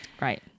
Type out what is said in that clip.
Right